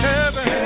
Heaven